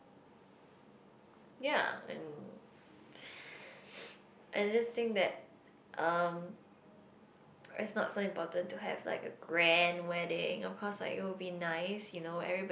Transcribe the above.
ya and I just think that um it's not so important to have like a grand wedding of course like it would be nice you know everybody